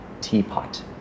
Teapot